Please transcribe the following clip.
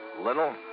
Little